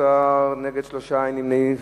18, נגד, 3, אין נמנעים.